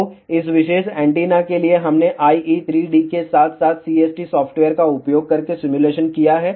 तो इस विशेष एंटीना के लिए हमने IE3D के साथ साथ CST सॉफ्टवेयर का उपयोग करके सिमुलेशन किया है